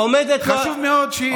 חשוב מאוד שישמע.